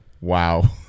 Wow